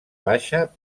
baixa